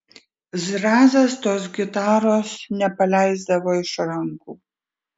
zrazas tos gitaros nepaleisdavo iš rankų